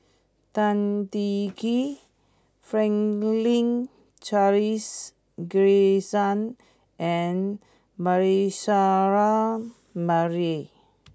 Tan Teng Kee Franklin Charles Gimson and Manasseh Meyer